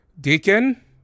Deacon